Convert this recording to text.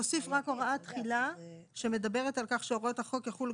נוסיף רק הוראת תחילה שמדברת על כך שהוראות החוק יחולו